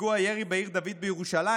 פיגוע ירי בעיר דוד בירושלים,